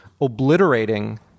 obliterating